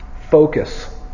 focus